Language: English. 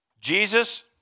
Jesus